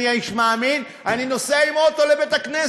אני איש מאמין, ואני נוסע עם אוטו לבית-הכנסת,